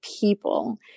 people